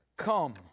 Come